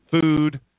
food